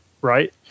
right